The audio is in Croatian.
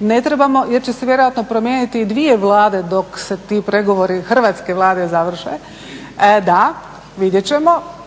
ne trebamo jer će se vjerojatno promijeniti i dvije Vlade dok se ti pregovori hrvatske Vlade završe, da, vidjet ćemo,